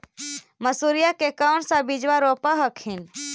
मसुरिया के कौन सा बिजबा रोप हखिन?